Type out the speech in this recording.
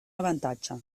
avantatge